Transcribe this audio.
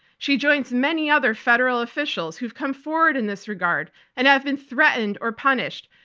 she joins many other federal officials who've come forward in this regard and have been threatened or punished,